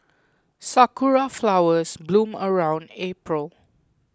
sakura flowers bloom around April